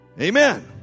Amen